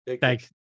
Thanks